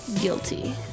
guilty